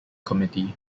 committee